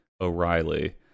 O'Reilly